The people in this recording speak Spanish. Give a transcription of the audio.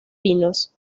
vinos